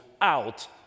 out